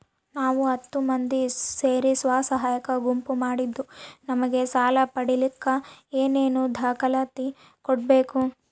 ನಾವು ಹತ್ತು ಮಂದಿ ಸೇರಿ ಸ್ವಸಹಾಯ ಗುಂಪು ಮಾಡಿದ್ದೂ ನಮಗೆ ಸಾಲ ಪಡೇಲಿಕ್ಕ ಏನೇನು ದಾಖಲಾತಿ ಕೊಡ್ಬೇಕು?